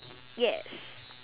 yes